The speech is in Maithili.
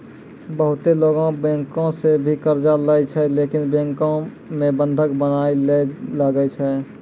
बहुते लोगै बैंको सं भी कर्जा लेय छै लेकिन बैंको मे बंधक बनया ले लागै छै